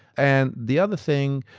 and the other thing,